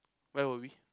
where were we